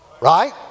right